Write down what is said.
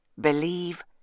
believe